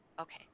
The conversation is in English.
Okay